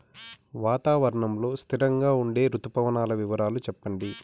వాతావరణం లో స్థిరంగా ఉండే రుతు పవనాల వివరాలు చెప్పండి?